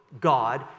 God